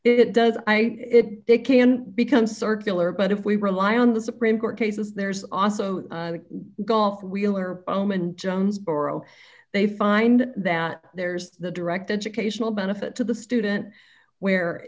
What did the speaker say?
it does i it can become circular but if we rely on the supreme court cases there's also golf wheeler bowman jonesborough they find that there's the direct educational benefit to the student where